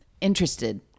interested